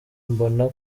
mbona